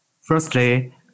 Firstly